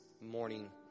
morning